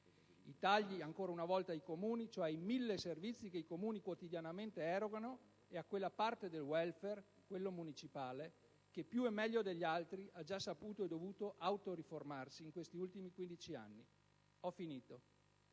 Tagli ancora una volta ai Comuni, cioè ai mille servizi che i Comuni quotidianamente erogano e a quella parte del *welfare*, quello municipale, che più e meglio degli altri ha già saputo e dovuto autoriformarsi in questi ultimi 15 anni. E tagli